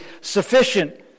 sufficient